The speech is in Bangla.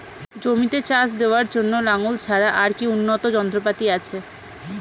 জমিতে চাষ দেওয়ার জন্য লাঙ্গল ছাড়া আর কি উন্নত যন্ত্রপাতি আছে?